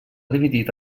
dividit